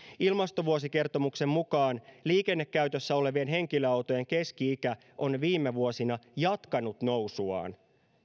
ilmastovuosikertomuksen mukaan liikennekäytössä olevien henkilöautojen keski ikä on viime vuosina jatkanut nousuaan